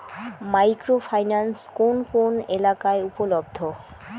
Micro finance কোন কোন এলাকায় উপলব্ধ?